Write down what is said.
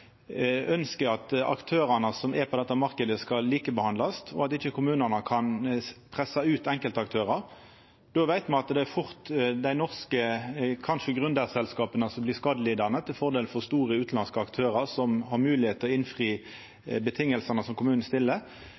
som er på denne marknaden, skal likebehandlast, og at ikkje kommunane kan pressa ut enkeltaktørar. Då veit me at det fort kanskje er dei norske gründerselskapa som blir skadelidande, til fordel for store utanlandske aktørar som har moglegheit til å innfri vilkåra som kommunen stiller.